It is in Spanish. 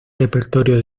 repertorio